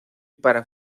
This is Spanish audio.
para